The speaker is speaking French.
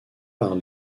par